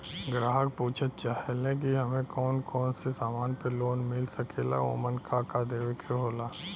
ग्राहक पुछत चाहे ले की हमे कौन कोन से समान पे लोन मील सकेला ओमन का का देवे के होला?